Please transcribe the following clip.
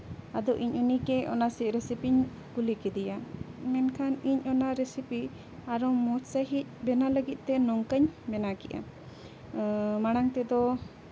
ᱟᱫᱚ ᱤᱧ ᱩᱱᱤᱜᱮ ᱚᱱᱟ ᱨᱮᱥᱤᱯᱤᱧ ᱠᱩᱞᱤ ᱠᱮᱫᱮᱭᱟ ᱢᱮᱱᱠᱷᱟᱱ ᱤᱧ ᱚᱱᱟ ᱨᱮᱥᱤᱯᱤ ᱟᱨᱦᱚᱸ ᱢᱚᱡᱽ ᱥᱟᱺᱦᱤᱡ ᱵᱮᱱᱟᱣ ᱞᱟᱹᱜᱤᱫ ᱛᱮ ᱱᱚᱝᱠᱟᱧ ᱵᱮᱱᱟᱣ ᱠᱮᱫᱼᱟ ᱢᱟᱲᱟᱝ ᱛᱮᱫᱚ